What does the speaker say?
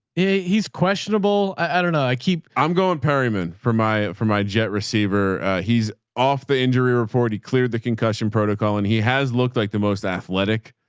yeah he's questionable. i don't know. i keep i'm going. paramin for my, for my jet receiver, he's off the injury report. he cleared the concussion protocol and he has looked like the most athletic.